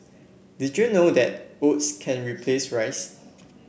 did you know that oats can replace rice